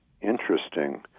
interesting